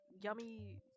yummy